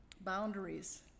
Boundaries